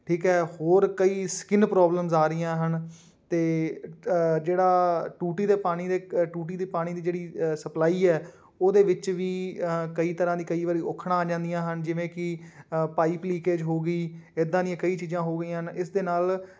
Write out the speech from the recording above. ਠੀਕ ਹੈ ਹੋਰ ਕਈ ਸਕਿਨ ਪ੍ਰੋਬਲਮਸ ਆ ਰਹੀਆਂ ਹਨ ਅਤੇ ਜਿਹੜਾ ਟੂਟੀ ਦੇ ਪਾਣੀ ਦੇ ਟੂਟੀ ਦੇ ਪਾਣੀ ਦੀ ਜਿਹੜੀ ਸਪਲਾਈ ਹੈ ਉਹਦੇ ਵਿੱਚ ਵੀ ਕਈ ਤਰ੍ਹਾਂ ਦੀ ਕਈ ਵਾਰੀ ਔਕੜਾਂ ਆ ਜਾਂਦੀਆਂ ਹਨ ਜਿਵੇਂ ਕਿ ਅ ਪਾਈਪ ਲੀਕੇਜ ਹੋ ਗਈ ਇੱਦਾਂ ਦੀਆਂ ਕਈ ਚੀਜ਼ਾਂ ਹੋ ਗਈਆਂ ਹਨ ਇਸ ਦੇ ਨਾਲ